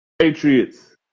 Patriots